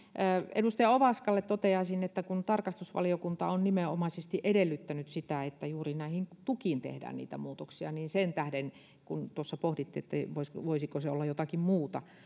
edustaja ovaskalle toteaisin että tarkastusvaliokunta on nimenomaisesti edellyttänyt sitä että juuri näihin tukiin tehdään muutoksia eli kun tuossa pohditte voisiko se olla jotakin muuta